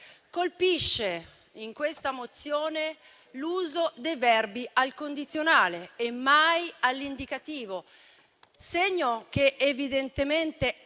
colpisce in questa mozione l'uso dei verbi al condizionale e mai all'indicativo, segno che evidentemente